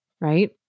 right